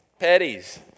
petties